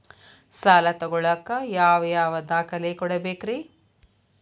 ಸಾಲ ತೊಗೋಳಾಕ್ ಯಾವ ಯಾವ ದಾಖಲೆ ಕೊಡಬೇಕ್ರಿ?